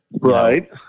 right